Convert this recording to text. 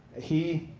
he